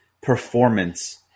performance